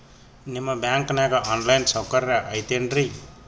ನಿಮ್ಮ ಬ್ಯಾಂಕನಾಗ online ಸೌಕರ್ಯ ಐತೇನ್ರಿ?